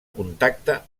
contacte